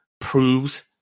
proves